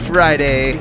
Friday